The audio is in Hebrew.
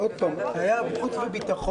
לוועדת כספים וחוץ וביטחון.